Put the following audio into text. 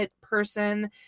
person